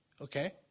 okay